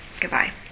Goodbye